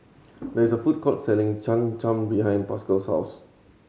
there is a food court selling Cham Cham behind Pascal's house